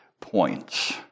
points